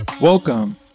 Welcome